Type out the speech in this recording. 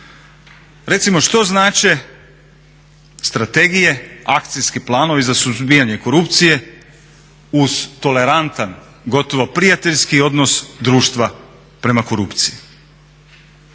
Recimo što znače strategije, akcijski planovi za suzbijanje korupcije uz tolerantan gotovo prijateljski odnos društva prema korupciji?